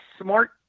smart